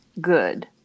good